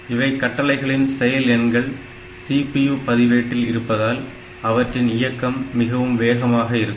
இங்கே கட்டளைகளின் செயல் எண்கள் CPU பதிவேட்டில் இருப்பதால் அவற்றின் இயக்கம் மிகவும் வேகமாக இருக்கும்